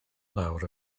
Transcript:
lawr